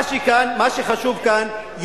מה שחשוב כאן,